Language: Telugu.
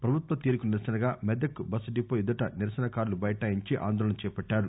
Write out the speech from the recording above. ప్రభుత్వ తీరుకు నిరసనగా మెదక్ బస్ డిపో ఎదుట నిరసనకారులు బైఠాయించి ఆందోళన చేపట్టారు